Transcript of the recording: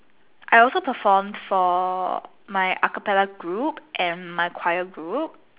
I also performed for my acapella group and my choir group